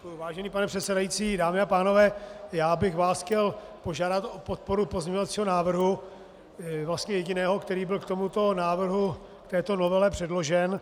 Vážený pane předsedající, dámy a pánové, já bych vás chtěl požádat o podporu pozměňovacího návrhu, vlastně jediného, který byl k tomuto návrhu, k této novele předložen.